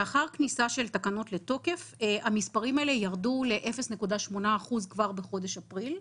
לאחר כניסת התקנות לתוקף המספרים ירדו ל-0.8% כבר בחודש אפריל.